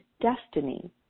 destiny